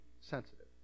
sensitive